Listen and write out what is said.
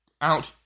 out